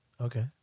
Okay